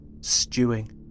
stewing